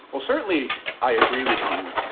ah certainly i agree with you.